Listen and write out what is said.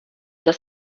dass